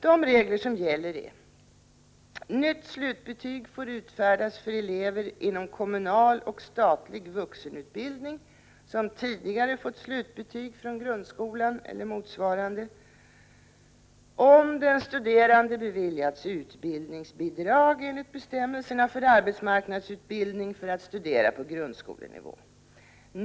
De regler som gäller är: Nytt slutbetyg får utfärdas för elever inom kommunal och statlig vuxenutbildning som tidigare fått slutbetyg från grundskolan eller motsvarande ”om den studerande beviljats utbildningsbidrag enligt bestämmelserna för arbetsmarknadsutbildning för att studera på grundskolenivå.